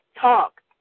talk